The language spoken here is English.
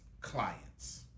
clients